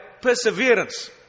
perseverance